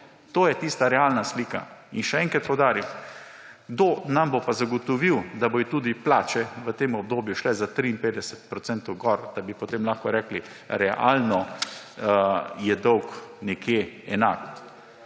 To je tista realna slika. Še enkrat poudarim, kdo nam bo pa zagotovil, da bodo tudi plače v tem obdobju šle za 53 procentov gor, da bi potem lahko rekli, da realno je dolg nekje enak.